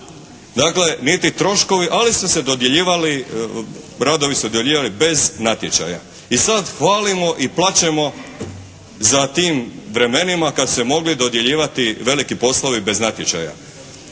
ali su dodjeljivali, radovi su se dodjeljivali bez natječaja. I sad hvalimo i plačemo za tim vremenima kad su se mogli dodjeljivati veliki poslovi bez natječaja.